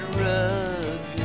rug